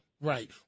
Right